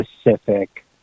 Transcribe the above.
specific